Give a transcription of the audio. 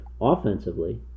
offensively